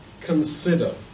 consider